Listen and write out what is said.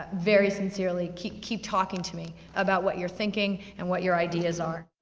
very sincerely, keep keep talking to me about what you're thinking, and what your ideas are.